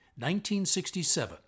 1967